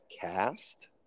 cast